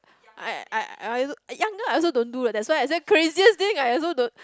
I I uh young girl I also don't do that's why I say craziest thing I also don't